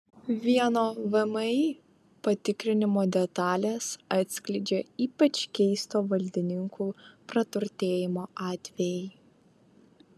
vieno vmi patikrinimo detalės atskleidžia ypač keisto valdininkų praturtėjimo atvejį